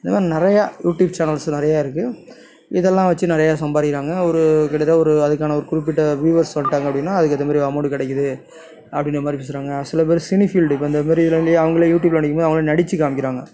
இந்த மாதிரி நிறையா யூடியூப் சேனல்ஸ் நிறையா இருக்கு இதெல்லாம் வச்சு நிறையா சம்பாதிக்கிறாங்க ஒரு கிட்டத்தட்ட ஒரு அதுக்கான ஒரு குறிப்பிட்ட வியூவர்ஸ் வந்துட்டாங்க அப்படின்னா அதுக்கு ஏற்ற மாரி ஒரு அமௌன்ட் கிடைக்கிது அப்படின்ற மாதிரி பேசுறாங்க சில பேர் சினி ஃபீல்டுக்கு வந்து அந்தமாதிரி அவங்களே யூட்யூப்பில் நடிக்கும் போது அவங்களே நடிச்சு காமிக்கிறாங்க